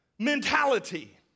mentality